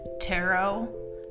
tarot